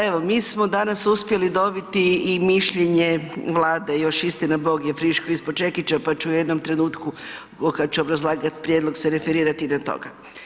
Evo, mi smo danas uspjeli dobiti i mišljenje Vlade, još istinabog je friško ispod čekića pa ću u jednom trenutku kada ću obrazlagati prijedlog se referirati i na toga.